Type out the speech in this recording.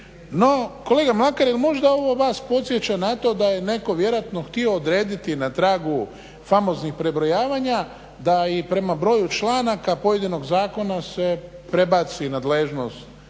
No, kolega Mlakar je li možda ovo vas podsjeća na to da je netko vjerojatno htio odrediti na tragu famoznih prebrojavanja da i prema broju članaka pojedinog zakona se prebaci nadležnost